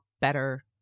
better